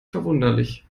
verwunderlich